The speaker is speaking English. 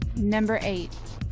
number eight